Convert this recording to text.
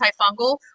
antifungal